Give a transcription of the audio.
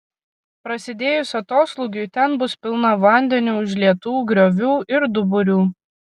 prasidėjus atoslūgiui ten bus pilna vandeniu užlietų griovų ir duburių